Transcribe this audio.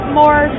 more